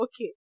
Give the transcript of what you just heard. okay